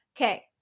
Okay